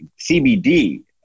CBD